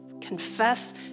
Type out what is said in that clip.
confess